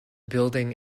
building